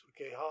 Okay